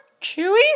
chewy